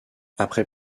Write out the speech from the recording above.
après